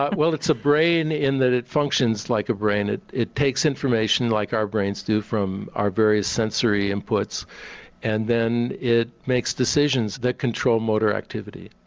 but well it's a brain in that it functions like a brain, it it takes information like our brains do from our various sensory inputs and then it makes decisions that control motor activity.